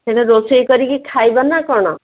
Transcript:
ସେଇଟା ରୋଷେଇ କରିକି ଖାଇବ ନା କ'ଣ